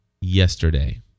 yesterday